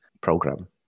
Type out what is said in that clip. program